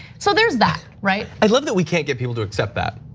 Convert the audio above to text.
so there's that, right? i love that we can't get people to accept that.